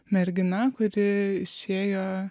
mergina kuri išėjo